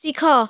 ଶିଖ